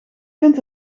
vind